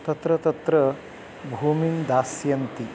तत्र तत्र भूमिं दास्यन्ति